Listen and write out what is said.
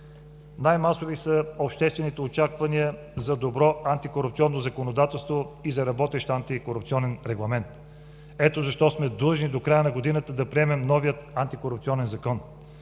Най-масови са обществените очаквания за добро антикорупционно законодателство и за работещ антикорупционен регламент. Ето защо сме длъжни до края на годината да приемем новия антикорупционен закон.